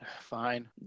fine